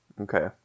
Okay